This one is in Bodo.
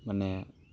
मानि